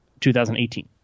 2018